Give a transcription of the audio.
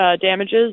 damages